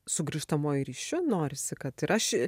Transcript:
su grįžtamuoju ryšiu norisi kad ir aš